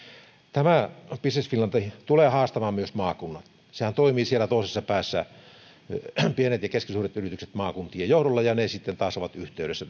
tämä business finland tulee haastamaan myös maakunnat siellä toisessa päässä toimivat pienet ja keskisuuret yritykset maakuntien johdolla ja ne taas ovat yhteydessä